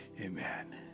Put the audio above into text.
Amen